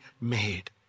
made